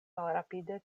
malrapide